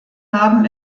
haben